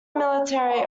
military